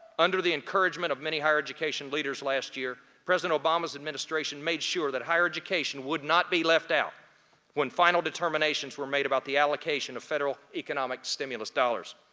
under the encouragement of many higher education leaders last year, president obama's administration made sure that higher education would not be left out when final determinations were made about the allocation of federal economic stimulus dollars.